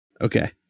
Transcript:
Okay